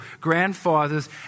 grandfathers